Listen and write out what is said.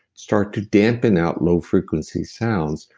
start to dampen out low frequency sounds,